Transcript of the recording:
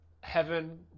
heaven